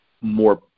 more